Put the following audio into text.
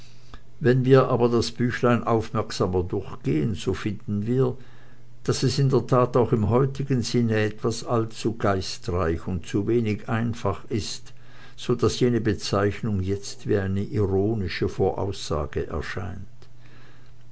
wenn wir aber das büchlein aufmerksamer durchgehen so finden wir daß es in der tat auch im heutigen sinne etwas allzu geistreich und zuwenig einfach ist so daß jene bezeichnung jetzt wie eine ironische voraussage erscheint